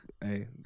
hey